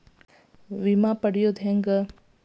ವಿಮೆ ಪಡಿಯೋದ ಹೆಂಗ್?